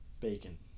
Bacon